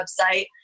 website